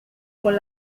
con